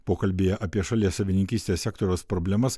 pokalbyje apie šalies avininkystės sektoriaus problemas